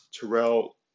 Terrell